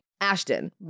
Ashton